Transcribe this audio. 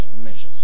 measures